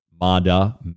Mada